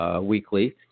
weekly